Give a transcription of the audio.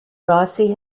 rossi